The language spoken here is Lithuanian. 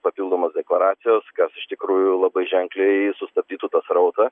papildomos deklaracijos kas iš tikrųjų labai ženkliai sustabdytų tą srautą